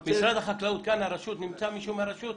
משרד החקלאות, נמצא מישהו מהרשות?